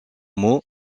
mot